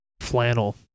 Flannel